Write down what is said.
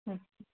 হয়